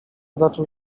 zaczął